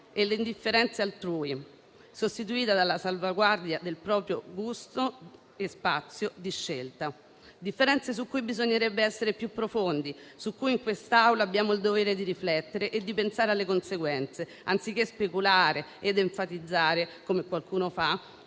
le differenze altrui (a salvaguardia del proprio gusto e spazio di scelta), sulle quali bisognerebbe invece essere più profondi e su cui in quest'Aula abbiamo il dovere di riflettere, pensando anche alle conseguenze, anziché speculare ed enfatizzare, come qualcuno fa,